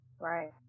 Right